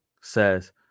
says